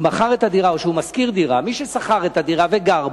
או שהוא משכיר דירה,